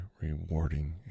rewarding